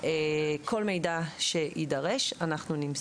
כל מידע שיידרש אנחנו נמסור.